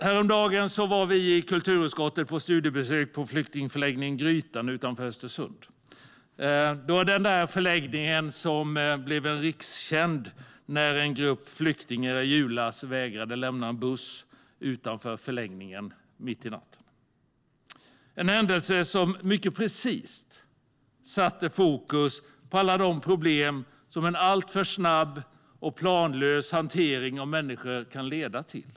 Häromdagen var vi i kulturutskottet på studiebesök på flyktingförläggningen Grytan utanför Östersund. Det var den förläggning som blev rikskänd när en grupp flyktingar i julas mitt i natten vägrade att lämna bussen utanför förläggningen. Det var en händelse som mycket precist satte fokus på alla de problem som en alltför snabb och planlös hantering av människor kan leda till.